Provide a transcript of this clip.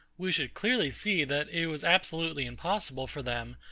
we should clearly see that it was absolutely impossible for them,